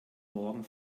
morgen